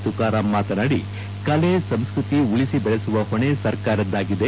ತುಕರಾಮ್ ಮಾತನಾಡಿ ಕಲೆ ಸಂಸ್ಕೃತಿ ಉಳಿಸಿ ಬೆಳೆಸುವ ಹೊಣೆ ಸರ್ಕಾರದ್ದಾಗಿದೆ